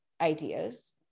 ideas